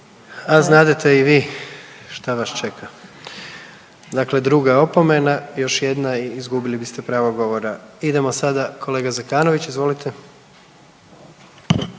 A znadete i vi šta vas čeka, dakle druga opomena. Još jedna i izgubili biste pravo govora. Idemo sada kolega Zekanović, izvolite.